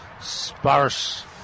sparse